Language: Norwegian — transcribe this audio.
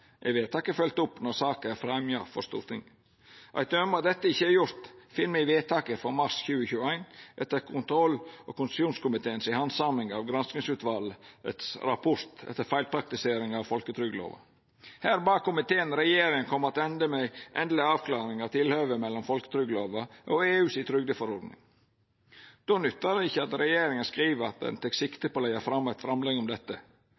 vedtaket følgt opp når saka er fremja for Stortinget. Eit døme på at dette ikkje er gjort, finn me i vedtaket frå mars 2021, etter kontroll- og konstitusjonskomiteens handsaming av granskingsutvalets rapport etter feilpraktiseringa av folketrygdlova. Her bad komiteen regjeringa om å koma attende med ei endeleg avklaring av tilhøvet mellom folketrygdlova og EUs trygdeforordning. Då nyttar det ikkje at regjeringa skriv at ein tek sikte på å leggja fram eit framlegg om dette.